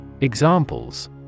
Examples